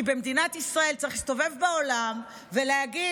כי במדינת ישראל צריך להסתובב בעולם ולהגיד